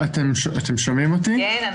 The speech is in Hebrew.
הקודם, הכשרות הוא נושא שהוא מאוד על הפרק ואנחנו